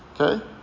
Okay